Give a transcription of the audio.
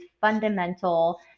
fundamental